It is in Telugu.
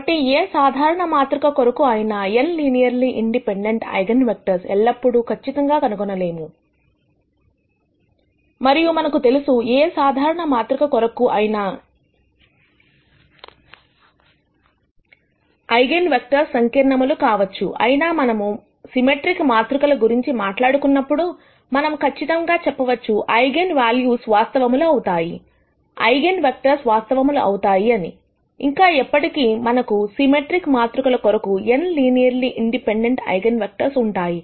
కాబట్టి ఏ సాధారణ మాతృక కొరకు అయినా n linearly independent eigen vectors ఎల్లప్పుడూ కచ్చితంగా కనుగొనలేము మరియు మనకు తెలుసు ఏ సాధారణ మాతృక కొరకు అయినా ఐగన్ వెక్టర్స్ సంకీర్ణములు కావచ్చు అయినా మనము సిమెట్రిక్ మాతృకల గురించి మాట్లాడుకున్నప్పుడు మనం ఖచ్చితంగా చెప్పవచ్చు ఐగన్ వాల్యూస్ వాస్తవములు అవుతాయి ఐగన్ వెక్టర్స్ వాస్తవములు అవుతాయి అని ఇంకా ఎప్పటికీ మనకు సిమెట్రిక్ మాతృకలకొరకు n linearly independent eigen vectors ఉంటాయి